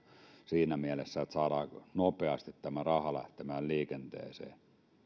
siinä mielessä että saadaan nopeasti tämä raha lähtemään liikenteeseen